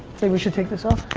we should take this off?